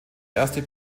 erste